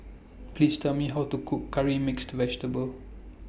Please Tell Me How to Cook Curry Mixed Vegetable